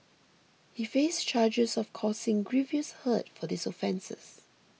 he faced charges of causing grievous hurt for these offences